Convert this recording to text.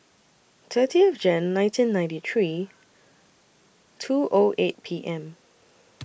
thirtieth Jan nineteen ninety three two O eight P M